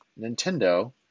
Nintendo